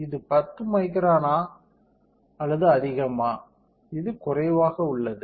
இது 10 மைக்ரானா அது அதிகம் இது குறைவாக உள்ளது